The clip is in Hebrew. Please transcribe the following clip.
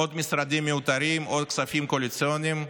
עוד משרדים מיותרים, עוד כספים קואליציוניים,